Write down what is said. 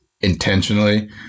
intentionally